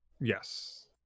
yes